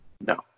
no